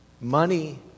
Money